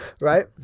Right